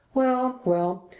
well, well!